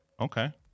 Okay